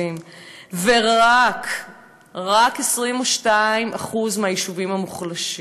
ורק 22% מהיישובים המוחלשים.